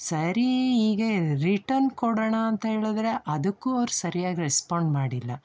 ಸರಿ ಹೀಗೆ ರಿಟನ್ ಕೊಡೋಣ ಅಂತ ಹೇಳಿದ್ರೆ ಅದಕ್ಕೂ ಅವ್ರು ಸರ್ಯಾಗಿ ರೆಸ್ಪಾಂಡ್ ಮಾಡಿಲ್ಲ